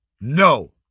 No